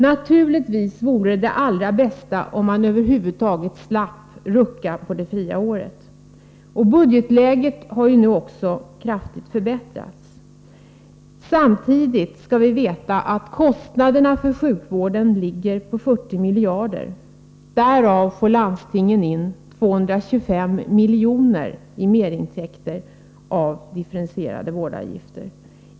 Naturligtvis vore det allra bästa om vi slapp rucka på det fria året, och budgetläget har nu också förbättrats kraftigt. Samtidigt skall vi veta att kostnaderna för sjukvården ligger på 40 miljarder. Av de kostnaderna får landstingen in 225 miljoner i merintäkter genom de differentierade vårdavgifterna.